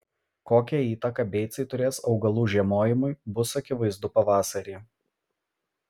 kokią įtaką beicai turės augalų žiemojimui bus akivaizdu pavasarį